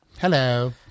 hello